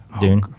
Dune